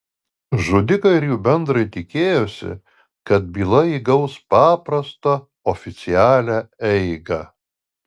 žudikai ir jų bendrai tikėjosi kad byla įgaus paprastą oficialią eigą